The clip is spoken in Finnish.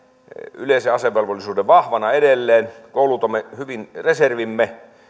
yleisen asevelvollisuuden vahvana edelleen koulutamme hyvin reservimme